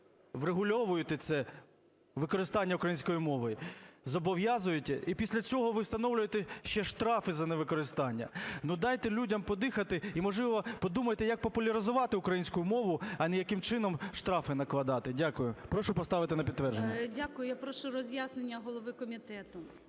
врегульовуєте це – використання української мови – зобов'язуєте і після цього ви встановлюєте ще штрафи за невикористання. Ну дайте людям подихати і, можливо, подумайте, як популяризувати українську мову, а не яким чином штрафи накладати. Дякую. Прошу поставити на підтвердження. ГОЛОВУЮЧИЙ. Дякую. Я прошу роз'яснення голови комітету.